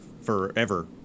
forever